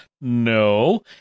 No